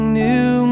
new